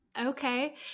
Okay